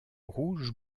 rouge